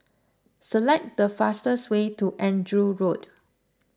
select the fastest way to Andrew Road